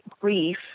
grief